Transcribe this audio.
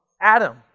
Adam